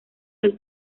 del